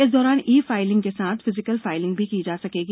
इस दौरान e filing के साथ फिजिकल फाइलिंग भी की जा सकेगी